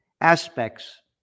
aspects